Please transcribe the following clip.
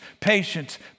patience